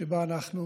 שבה אנחנו